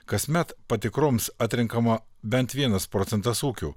kasmet patikroms atrenkama bent vienas procentas ūkių